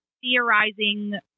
theorizing